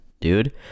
dude